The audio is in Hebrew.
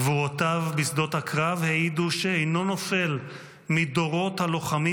גבורותיו בשדות הקרב העידו שאינו נופל מדורות הלוחמים